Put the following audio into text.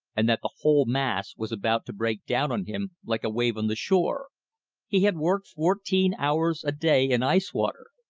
and that the whole mass was about to break down on him like a wave on the shore he had worked fourteen hours a day in ice-water,